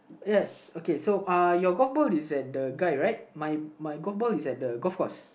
yes it's okay so uh your golf ball is at the guy right my my golf ball is at the golf course